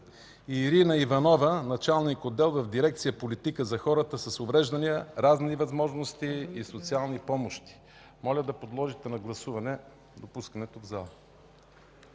Ирина Иванова – началник отдел в дирекция „Политика за хората с увреждания, равни възможности и социални помощи”. Моля да подложите на гласуване допускането в залата.